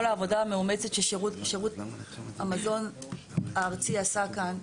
העבודה המאומצת ששירות המזון הארצי עשה כאן.